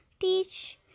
teach